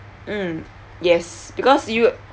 mm yes because you